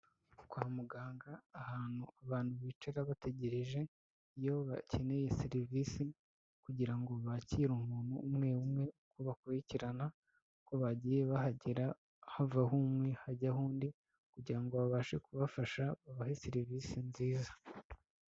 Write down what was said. Kwa muganga ahantu abantu bicara bategereje, iyo bakeneye serivisi kugira ngo bakire umuntu umwe umwe, uko bakurikirana, uko bagiye bahagera, havaho umwe, hajyaho undi kugira ngo babashe kubafasha, babahe serivisi nziza.